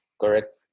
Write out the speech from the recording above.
correct